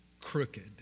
crooked